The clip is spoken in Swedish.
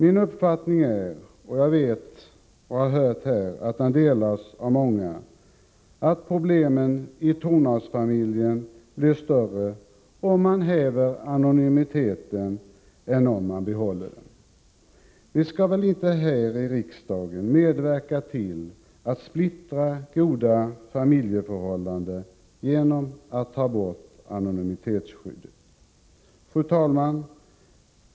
Min uppfattning är — och jag vet att den delas av många — att problemen i tonårsfamiljen blir större om man häver anonymiteten än om man behåller den. Vi skall väl inte här i riksdagen medverka till att splittra goda familjeförhållanden genom att ta bort anonymitetsskyddet. Fru talman!